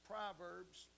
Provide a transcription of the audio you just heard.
Proverbs